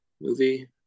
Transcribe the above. movie